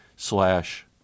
Slash